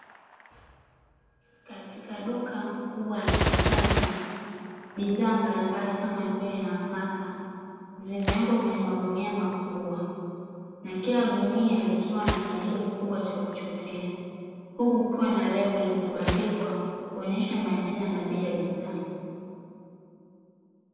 Katika duka kubwa la kisasa, bidhaa mbalimbali kama vile nafaka zimewekwa kwenye magunia makubwa na kila gunia likiwa na kijiko kikubwa cha kuchotea, huku zikiwa na lebo zilizobandikwa kuonesha majina na bei ya bidhaa.